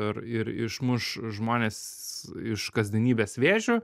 ir ir išmuš žmones iš kasdienybės vėžių